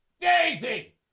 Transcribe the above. Daisy